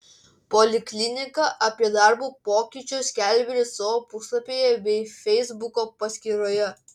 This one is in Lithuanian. poliklinika apie darbo pokyčius skelbia ir savo puslapyje bei feisbuko paskyroje